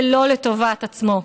ולא לטובת עצמו.